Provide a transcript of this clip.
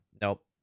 Nope